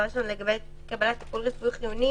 לגבי קבלת טיפול רפואי חיוני